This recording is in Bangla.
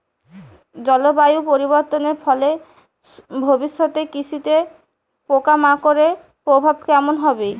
জলবায়ু পরিবর্তনের ফলে ভবিষ্যতে কৃষিতে পোকামাকড়ের প্রভাব কেমন হবে?